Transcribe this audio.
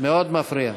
מאוד מפריע.